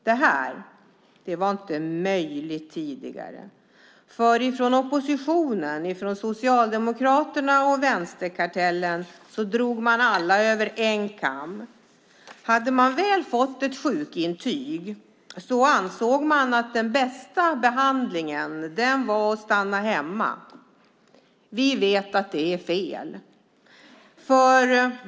Det här var inte möjligt tidigare. Nuvarande oppositionen, Socialdemokraterna och vänsterkartellen, drog alla över en kam. Hade man väl fått ett sjukintyg ansågs det att den bästa behandlingen var att stanna hemma. Vi vet att det är fel.